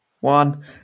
one